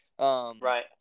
Right